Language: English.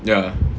ya